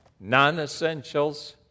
non-essentials